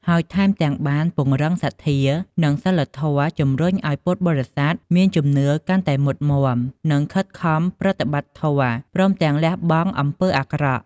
ហើយថែមទាំងបានពង្រឹងសទ្ធា និងសីលធម៌ ជំរុញឱ្យពុទ្ធបរិស័ទមានជំនឿកាន់តែមុតមាំ និងខិតខំប្រតិបត្តិធម៌ ព្រមទាំងលះបង់អំពើអាក្រក់។